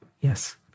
yes